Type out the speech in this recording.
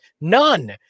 none